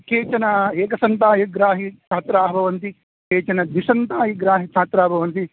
केचन एकसन्ताहिग्राहिछात्राः भवन्ति केचन द्विसन्ताहिग्राहिछात्राः भवन्ति